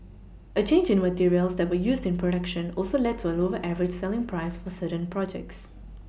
a change in materials that were used in production also led to a lower Average selling price for certain projects